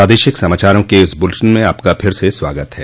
प्रादेशिक समाचारों के इस बुलेटिन में आपका फिर से स्वागत है